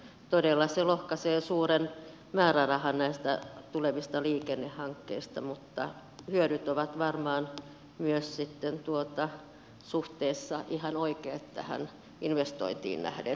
todella se lohkaisee suuren määrärahan näistä tulevista liikennehankkeista mutta hyödyt ovat varmaan ihan oikeat tähän investointiin nähden